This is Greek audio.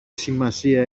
σημασία